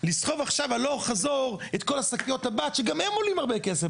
לסחוב הלוך חזור את כל שקיות הבד שגם הן עולות הרבה כסף.